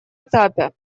этапе